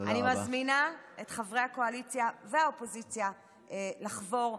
אני מזמינה את חברי הקואליציה והאופוזיציה לחבור,